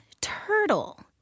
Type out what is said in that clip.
turtle